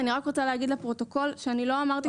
אני רק רוצה להגיד לפרוטוקול שאני לא אמרתי כזה דבר.